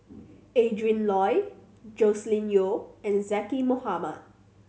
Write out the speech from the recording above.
Adrin Loi Joscelin Yeo and Zaqy Mohamad